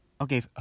okay